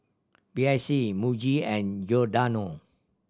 B I C Muji and Giordano